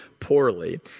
poorly